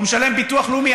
הוא משלם ביטוח לאומי,